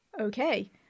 okay